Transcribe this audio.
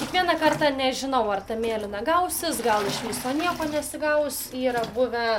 kiekvieną kartą nežinau ar ta mėlyna gausis gal iš viso nieko nesigaus yra buvę